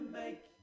make